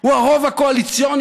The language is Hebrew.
הוא הרוב הקואליציוני,